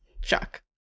shock